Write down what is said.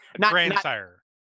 Grandsire